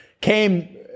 came